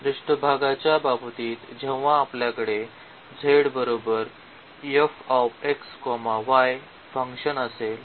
पृष्ठभागाच्या बाबतीत जेव्हा आपल्याकडे फंक्शन असेल